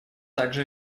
также